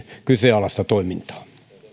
kyseenalaista toimintaa